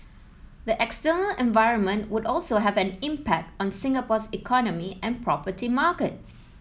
the external environment would also have an impact on Singapore's economy and property market